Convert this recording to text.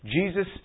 Jesus